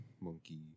Monkey